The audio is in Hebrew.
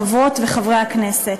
חברות וחברי הכנסת,